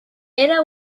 era